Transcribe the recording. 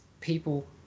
people